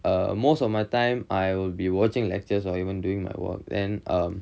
err most of my time I'll be watching lectures or even doing my work and um